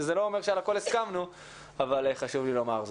זה לא אומר שעל הכול הסכמנו אבל חשוב לי לומר.